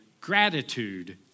gratitude